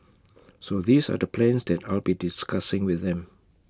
so these are the plans that I'll be discussing with them